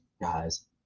guys